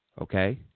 Okay